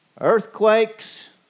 Earthquakes